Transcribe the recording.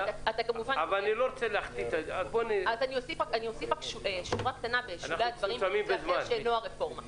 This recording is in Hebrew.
אני אוסיף רק שורה קטנה בשולי הדברים בנושא אחר שהוא לא הרפורמה.